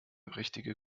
richtige